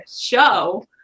show